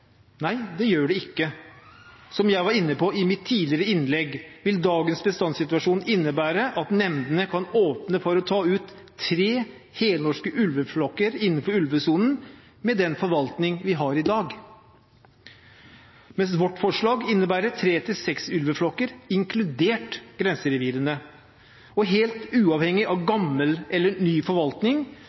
Nei, dette gjør ikke det. Som jeg var inne på i mitt tidligere innlegg, vil dagens bestandssituasjon innebære at nemndene kan åpne for å ta ut tre helnorske ulveflokker innenfor ulvesonen, med den forvaltningen vi har i dag, mens vårt forslag innebærer tre til seks ulveflokker, inkludert grenserevirene. Helt uavhengig av gammel eller ny forvaltning